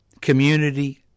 community